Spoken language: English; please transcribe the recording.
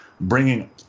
bringing